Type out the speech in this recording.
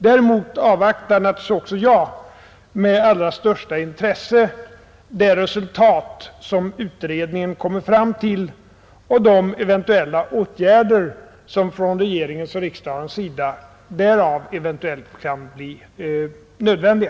Däremot avvaktar naturligtvis även jag med allra största intresse det resultat som utredningen kommer fram till och de åtgärder som från regeringens och riksdagens sida därav eventuellt kan bli nödvändiga.